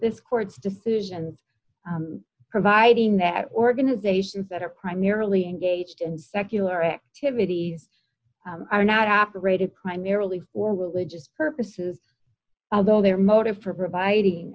court's decision providing that organizations that are primarily engaged in secular activities are not operated primarily for religious purposes although their motive for providing